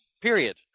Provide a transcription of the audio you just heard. Period